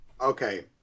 okay